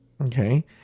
Okay